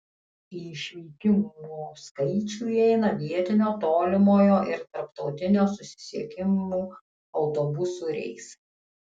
į išvykimo skaičių įeina vietinio tolimojo ir tarptautinio susisiekimų autobusų reisai